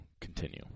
continue